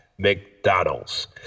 McDonald's